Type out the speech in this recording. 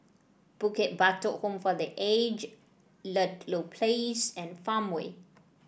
Bukit Batok Home for The Aged Ludlow Place and Farmway